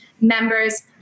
members